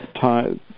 time